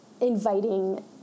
inviting